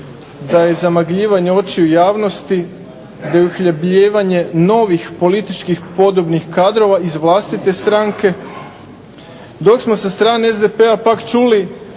da je zamagljivanje očiju javnosti da je uhljebljivanje novih političkih podobnih kadrova iz vlastite stranke, dok samo sa strane SDP-a pak čuli